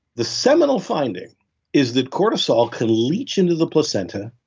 the seminal finding is that cortisol can leach into the placenta,